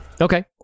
Okay